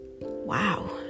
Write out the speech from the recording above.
wow